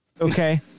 okay